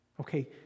Okay